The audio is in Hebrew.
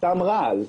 רעל.